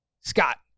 Scott